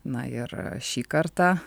na ir šį kartą